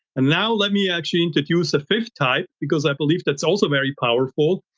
and now, let me actually introduce a fifth type, because i believe that's also very powerful.